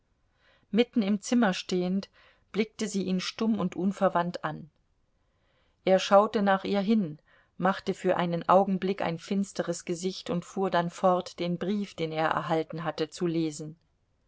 mitten im zimmer stehend blickte sie ihn stumm und unverwandt an er schaute nach ihr hin machte für einen augenblick ein finsteres gesicht und fuhr dann fort den brief den er erhalten hatte zu lesen